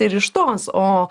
ir iš tos o